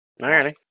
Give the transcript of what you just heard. Alrighty